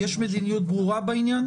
יש מדיניות ברורה בעניין הזה?